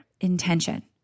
intention